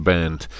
Band